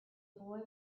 boy